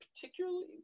particularly